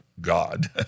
God